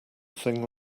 thing